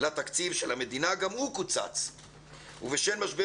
לתקציב של המדינה גם הוא קוצץ ובשל משבר